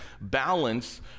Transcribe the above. balance